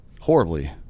horribly